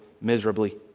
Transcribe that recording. miserably